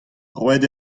roet